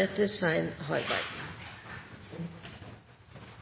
likestilte og